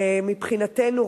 מבחינתנו,